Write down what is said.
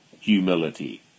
humility